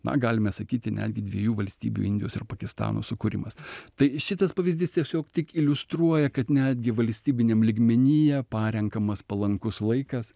na galime sakyti netgi dviejų valstybių indijos ir pakistano sukūrimas tai šitas pavyzdys tiesiog tik iliustruoja kad netgi valstybiniam lygmenyje parenkamas palankus laikas